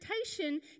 expectation